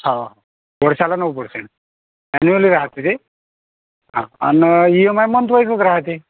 हां वर्षाला नऊ पर्सेंट एन्युअली राहते ते हा आणि ई एम आय मंथवाईजच राहते